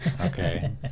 Okay